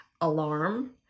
alarm